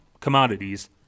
commodities